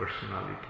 personality